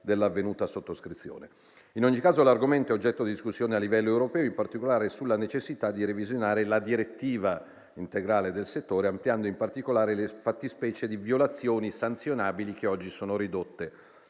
dell'avvenuta sottoscrizione. In ogni caso, l'argomento è oggetto di discussione a livello europeo, con particolare riferimento alla necessità di revisionare la direttiva integrale del settore, ampliando in particolare le fattispecie di violazioni sanzionabili, il cui numero oggi è ridotto.